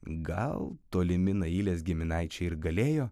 gal tolimi nailės giminaičiai ir galėjo